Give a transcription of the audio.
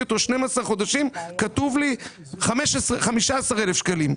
אותו 12 חודשים כתוב לי 15,000 שקלים.